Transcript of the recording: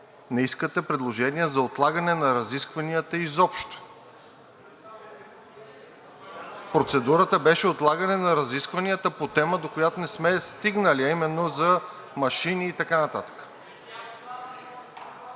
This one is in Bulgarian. не искате предложение за отлагане на разискванията изобщо. Процедурата беше отлагане на разискванията по тема, до която не сме стигнали, а именно за машини и така нататък.